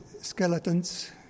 skeletons